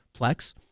Plex